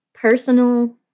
Personal